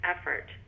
effort